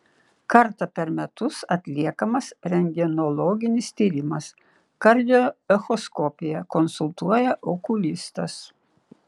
kartą per metus atliekamas rentgenologinis tyrimas kardioechoskopija konsultuoja okulistas